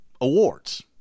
awards